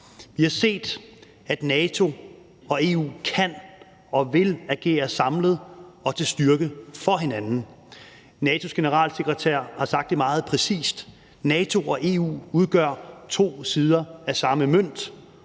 Vi har set, at NATO og EU kan og vil agere samlet og til styrke for hinanden. NATO's generalsekretær har sagt det meget præcist: NATO og EU udgør to sider af samme mønt,